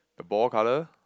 the ball colour